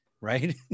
right